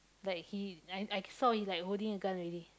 like he I I saw he's like holding a gun already